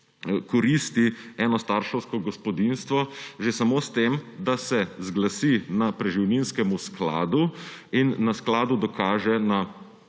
koristi enostarševsko gospodinjstvo že samo s tem, da se zglasi na preživninskem skladu in na skladu dokaže na